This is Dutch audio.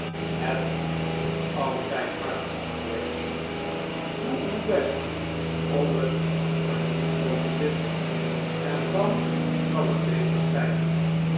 het is altijd hard rachel doe uw best om het maar niet zoo te vinden en dan zal het beter schijnen